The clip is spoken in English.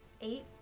eight